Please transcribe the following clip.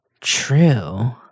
True